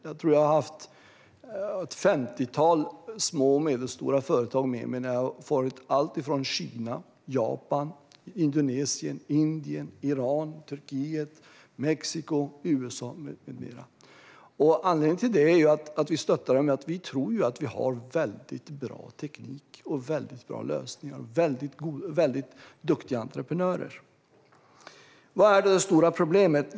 Jag tror att jag har haft ett femtiotal små och medelstora företag med mig när jag har farit till Kina, Japan, Indonesien, Indien, Iran, Turkiet, Mexiko, USA med flera. Anledningen till att vi stöttar dem är att vi tror att vi har väldigt bra teknik, väldigt bra lösningar och väldigt duktiga entreprenörer. Vad är det stora problemet?